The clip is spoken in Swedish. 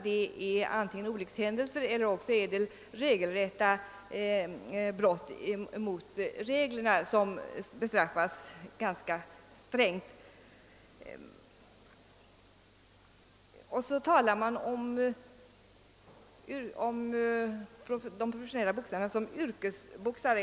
Det är då fråga om antingen olyckshändelser eller direkta brott mot reglerna vilka bestraffas ganska strängt. Man talar om de professionella boxarna som yrkesboxare.